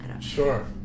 Sure